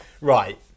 Right